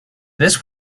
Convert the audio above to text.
this